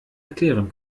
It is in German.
erklären